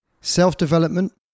Self-development